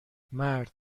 مرد